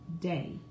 day